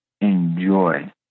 enjoy